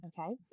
Okay